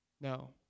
No